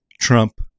Trump